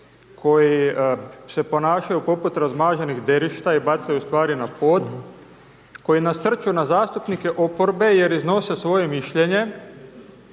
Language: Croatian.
koji se ponašaju poput razmaženog derišta i bacaju stvari na pod, koji nasrću na zastupnike oporbe jer iznose svoje mišljenje,